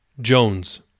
Jones